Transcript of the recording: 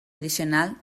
addicional